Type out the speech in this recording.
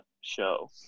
show